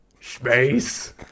Space